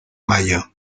mayo